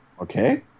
Okay